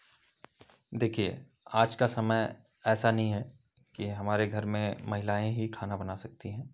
देखिए आज का समय ऐसा नहीं है कि हमारे घर में महिलाएँ ही खाना बना सकती हैं